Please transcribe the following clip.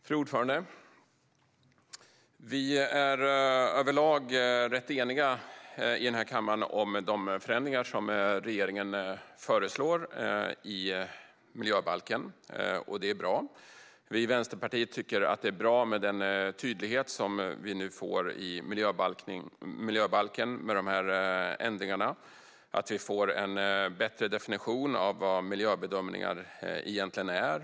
Fru talman! Vi är överlag rätt eniga i kammaren om de förändringar i miljöbalken som regeringen föreslår, och det är bra. Vi i Vänsterpartiet tycker att det är bra med den tydlighet som vi nu får i miljöbalken med dessa ändringar. Vi får en bättre definition av vad miljöbedömningar egentligen är.